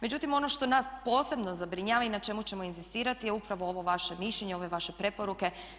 Međutim, ono što nas posebno zabrinjava i na čemu ćemo inzistirati je upravo ovo vaše mišljenje, ove vaše preporuke.